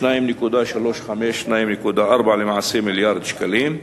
הוקצו 2.35 2.4 מיליארד שקלים.